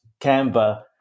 Canva